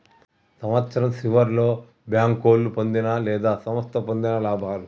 సంవత్సరం సివర్లో బేంకోలు పొందిన లేదా సంస్థ పొందిన లాభాలు